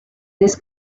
this